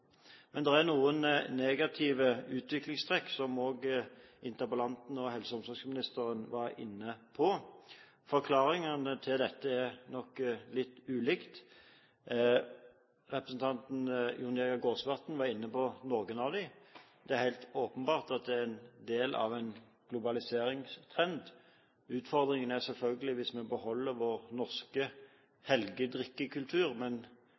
Men det er noen negative utviklingstrekk, som også interpellanten og helse- og omsorgsministeren var inne på. Forklaringene på dette er nok litt ulike. Representanten Jon Jæger Gåsvatn var inne på noen av dem. Det er helt åpenbart at det er en del av en globaliseringstrend. Utfordringen er selvfølgelig at hvis vi beholder vår norske